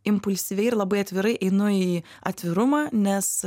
impulsyviai ir labai atvirai einu į atvirumą nes